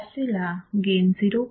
Fc ला gain 0